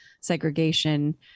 segregation